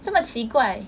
这么奇怪